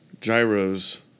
gyros